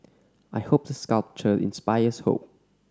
I hope the sculpture inspires hope